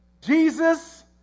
Jesus